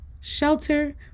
shelter